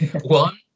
One